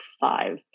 five